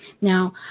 Now